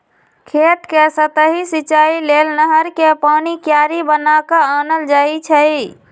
खेत कें सतहि सिचाइ लेल नहर कें पानी क्यारि बना क आनल जाइ छइ